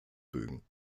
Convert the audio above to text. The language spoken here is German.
bögen